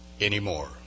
anymore